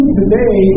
today